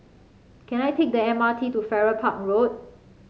can I take the M R T to Farrer Park Road